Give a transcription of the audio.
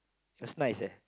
she was nice eh